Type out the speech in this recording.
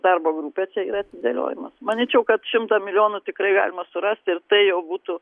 darbo grupė čia ir atidėliojimas manyčiau kad šimtą milijonų tikrai galima surasti ir tai jau būtų